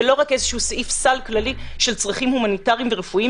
ולא רק מין סעיף סל כללי של צרכים הומניטריים ורפואיים.